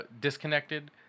disconnected